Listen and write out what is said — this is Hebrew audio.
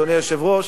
אדוני היושב-ראש,